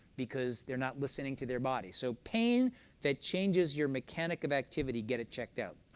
because they're not listening to their body. so pain that changes your mechanic of activity, get it checked out.